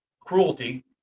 cruelty